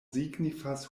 signifas